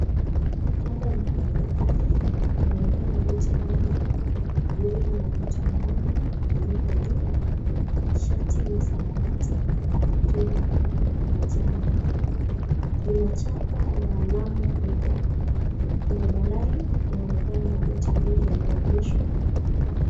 Hapa ni kwenye bahari kunaonekana boti moja lililo na mtu mmoja aliyevalia shati la samawati na kaptura ya manjano ina chapa ya alama Uber. Kwenye bandari kunaonekana maboti mengi yaliyoegeshwa.